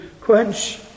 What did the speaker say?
quench